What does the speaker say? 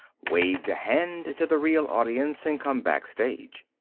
waved a hand to the real audience and come back stage.